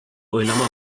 oylama